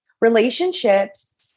relationships